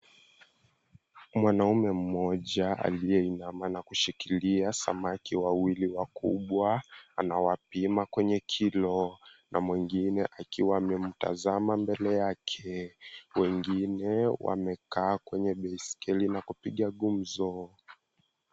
Mwanaume mmoja aliyeinama na kushikilia samaki wawili wakubwa anawapima kwenye kilo na mwingine akimtazama mbele yake. Wengine wamekaa kwenye baiskeli na kupiga gumzo.